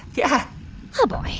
yeah oh, boy.